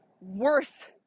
worth